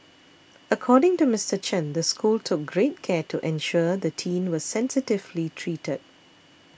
according to Mister Chen the school took great care to ensure the teen was sensitively treated